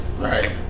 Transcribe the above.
Right